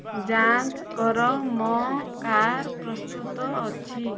ଯାଞ୍ଚ କର ମୋ କାର ପ୍ରସ୍ତୁତ ଅଛି